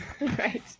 Right